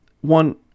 one